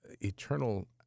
eternal